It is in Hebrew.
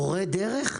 מורי דרך?